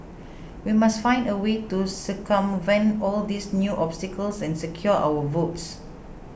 we must find a way to circumvent all these new obstacles and secure our votes